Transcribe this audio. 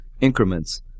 increments